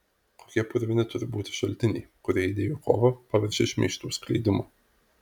kokie purvini turi būti šaltiniai kurie idėjų kovą paverčia šmeižtų skleidimu